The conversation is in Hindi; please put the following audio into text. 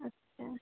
अच्छा